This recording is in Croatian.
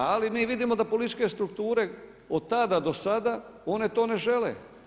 Ali mi vidimo da političke strukture od tada do sada one to ne žele.